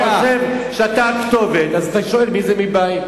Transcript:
אתה חושב שאתה הכתובת, אז אתה שואל מי זה מבית.